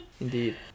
Indeed